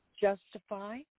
justify